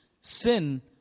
sin